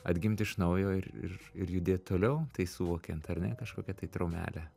atgimt iš naujo ir ir ir judėt toliau tai suvokiant ar ne kažkokią tai traumelę